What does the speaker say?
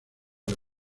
del